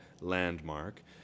Landmark